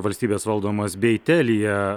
valstybės valdomas bei telija